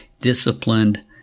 disciplined